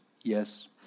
yes